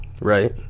right